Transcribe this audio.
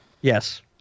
Yes